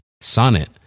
Sonnet